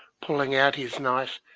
pulling out his knife,